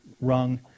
rung